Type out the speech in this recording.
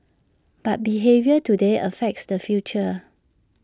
but behaviour today affects the future